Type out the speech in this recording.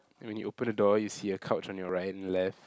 when you open the door you see a couch on your right left